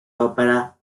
ópera